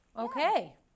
okay